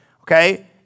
okay